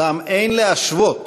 אולם אין להשוות